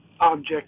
object